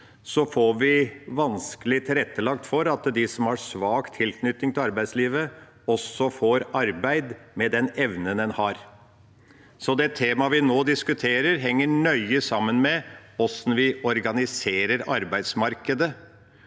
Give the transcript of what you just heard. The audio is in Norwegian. får vi vanskelig tilrettelagt for at de som har svak tilknytning til arbeidslivet, også får arbeid med den evnen de har. Så det temaet vi nå diskuterer, henger nøye sammen med hvordan vi organiserer arbeidsmarkedet,